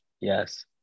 Yes